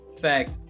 fact